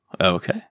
okay